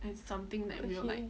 okay